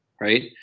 right